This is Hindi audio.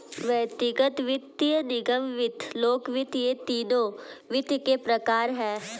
व्यक्तिगत वित्त, निगम वित्त, लोक वित्त ये तीनों वित्त के प्रकार हैं